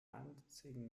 einzigen